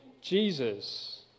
Jesus